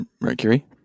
mercury